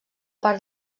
part